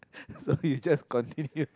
so you just continue